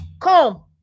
Come